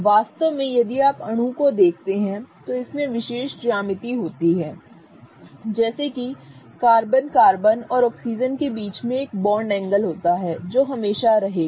वास्तव में यदि आप अणु को देखते हैं तो इसमें विशेष ज्यामिति होती है जैसे कि कार्बन कार्बन और ऑक्सीजन के बीच एक बॉन्ड एंगल होता है जो हमेशा रहेगा